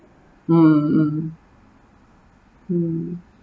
mm mm mm